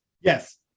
Yes